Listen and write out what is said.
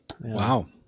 Wow